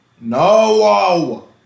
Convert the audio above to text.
no